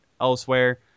elsewhere